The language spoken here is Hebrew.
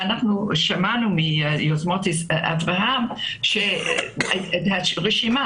שמענו מנציג "יוזמות אברהם" את רשימת